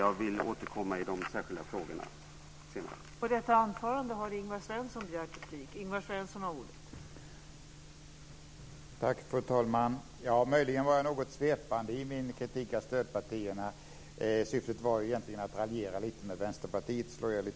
Jag vill återkomma i de särskilda frågorna senare.